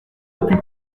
depuis